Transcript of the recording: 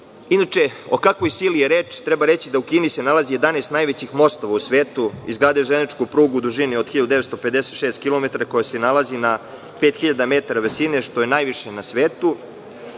o kakvoj sili je reč? Treba reći da u Kini se nalazi 11 najvećih mostova u svetu, izgradili su železničku prugu u dužini od 1.956 kilometara, koja se nalazi na 5.000 metara visine, što je najviše na svetu.